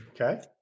Okay